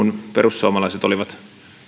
kun perussuomalaiset olivat